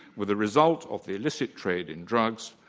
with a result of the illicit trade in drugs,